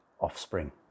offspring